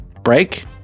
Break